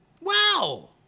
Wow